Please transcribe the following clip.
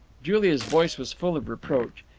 julia's voice was full of reproach.